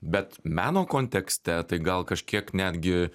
bet meno kontekste tai gal kažkiek netgi